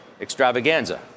extravaganza